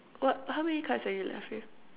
what how many cards are you left with